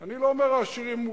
אני לא אומר עשירים מופלגים.